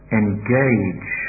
engage